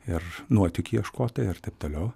ir nuotykių ieškotojai ir taip toliau